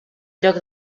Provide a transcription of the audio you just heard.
joc